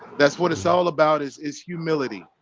that's what it's all about is is humility.